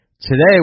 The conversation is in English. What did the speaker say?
Today